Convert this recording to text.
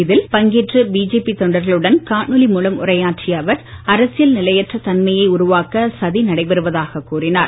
இதில் பங்கேற்று பிஜேபி தொண்டர்களுடன் காணொலி மூலம் உரையாற்றிய அவர் அரசியல் நிலையற்ற தன்மையை உருவாக்க சதி நடைபெறுவதாக கூறினார்